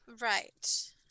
Right